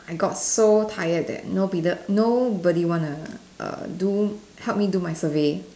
I got so tired that no beetle nobody wanna err do help me do my survey